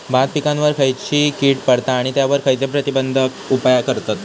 भात पिकांवर खैयची कीड पडता आणि त्यावर खैयचे प्रतिबंधक उपाय करतत?